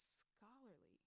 scholarly